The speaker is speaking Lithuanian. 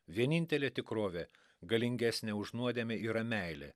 vienintelė tikrovė galingesnė už nuodėmę yra meilė